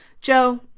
Joe